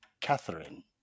Catherine